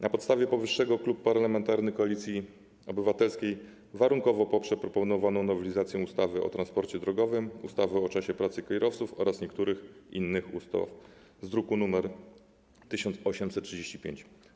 Na podstawie powyższego Klub Parlamentarny Koalicja Obywatelska warunkowo poprze proponowaną nowelizację ustawy o transporcie drogowym, ustawy o czasie pracy kierowców oraz niektórych innych ustaw z druku nr 1835.